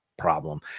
problem